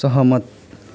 सहमत